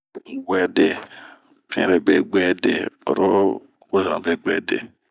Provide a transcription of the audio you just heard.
Buɛdee, oro pinre be buɛde oro wozoma be buɛde.